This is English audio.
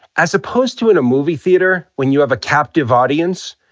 as opposed to in a movie theater, when you have a captive audience,